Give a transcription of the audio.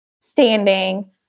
standing